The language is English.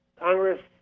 Congress